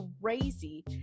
crazy